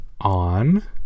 on